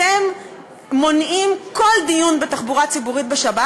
אתם מונעים כל דיון בתחבורה הציבורית בשבת.